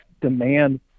demand